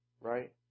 right